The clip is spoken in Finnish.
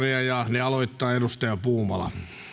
ne aloittaa edustaja puumala